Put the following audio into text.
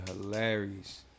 hilarious